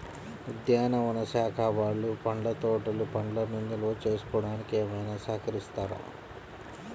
ఉద్యానవన శాఖ వాళ్ళు పండ్ల తోటలు పండ్లను నిల్వ చేసుకోవడానికి ఏమైనా సహకరిస్తారా?